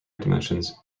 dimensions